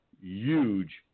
huge